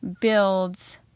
builds